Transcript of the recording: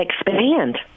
expand